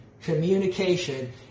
communication